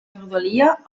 rodalia